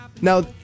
Now